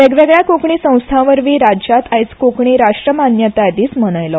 वेगवेगळ्या कोंकणी संस्था वरवीं राज्यांत आयज कोंकणी राष्ट्रमान्यताय दीस मनयलो